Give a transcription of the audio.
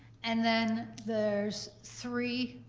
and then there's three,